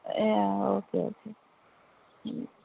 okay okay